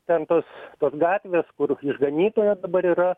ten tos gatvės kur išganytojo dabar yra